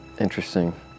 Interesting